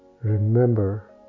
Remember